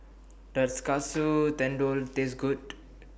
Does Katsu Tendon Taste Good